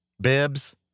bibs